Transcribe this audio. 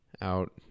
out